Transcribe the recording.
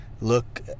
look